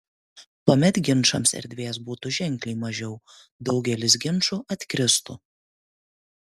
tuomet ginčams erdvės būtų ženkliai mažiau daugelis ginčų atkristų